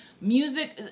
music